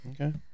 Okay